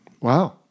Wow